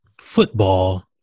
football